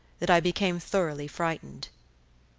that i became thoroughly frightened.